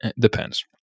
depends